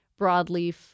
broadleaf